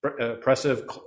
oppressive